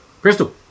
Crystal